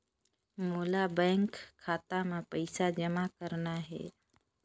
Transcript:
मोला बैंक खाता मां पइसा जमा करना हे?